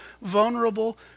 vulnerable